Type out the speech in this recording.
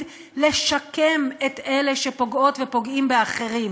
לשקם את אלה שפוגעות ופוגעים באחרים,